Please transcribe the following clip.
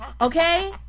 Okay